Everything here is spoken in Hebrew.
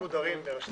הקבוצות.